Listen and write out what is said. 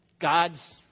God's